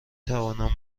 توانم